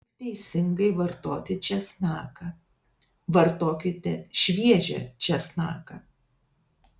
kaip teisingai vartoti česnaką vartokite šviežią česnaką